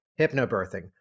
hypnobirthing